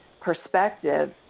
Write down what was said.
perspective